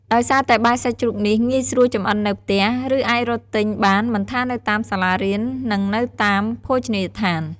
ដោយសារតែបាយសាច់ជ្រូកនេះ ងាយស្រួលចម្អិននៅផ្ទះ ឬអាចរកទិញបានមិនថានៅតាមសាលារៀន និងនៅតាមភោជនីយដ្ឋាន។